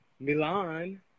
Milan